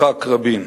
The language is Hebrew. יצחק רבין.